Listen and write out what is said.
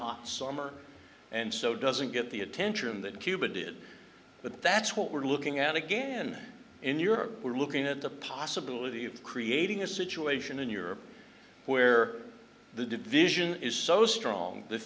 hot summer and so doesn't get the attention that cuba did but that's what we're looking at again in europe we're looking at the possibility of creating a situation in europe where the division is so strong the